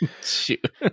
Shoot